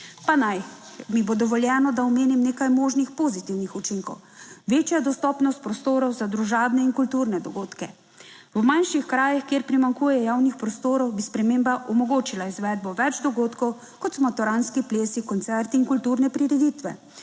Pa naj mi bo dovoljeno, da omenim nekaj možnih pozitivnih učinkov. Večja dostopnost prostorov za družabne in kulturne dogodke. V manjših krajih, kjer primanjkuje javnih prostorov, bi sprememba omogočila izvedbo več dogodkov, kot so maturantski plesi, koncerti in kulturne prireditve.